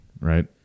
right